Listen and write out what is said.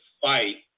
fight